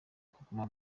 kuguma